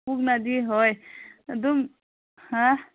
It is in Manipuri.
ꯄꯨꯛꯅꯗꯤ ꯍꯣꯏ ꯑꯗꯨꯝ ꯍ